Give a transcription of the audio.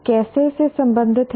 कैसे से संबंधित है